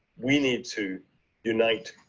we need to unitetofight.